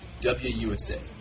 WUSA